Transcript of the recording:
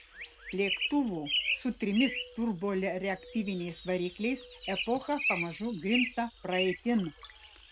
lėktuvų su trimis turboreaktyviniais varikliais epocha pamažu grimzta praeitin